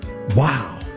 Wow